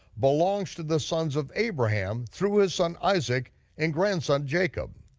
belongs to the sons of abraham, through his son isaac and grandson jacob.